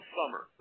summer